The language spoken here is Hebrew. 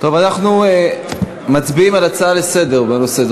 אנחנו מצביעים על הצעה לסדר-היום בנושא.